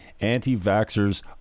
Anti-vaxxers